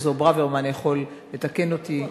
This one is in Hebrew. פרופסור ברוורמן יכול לתקן אותי,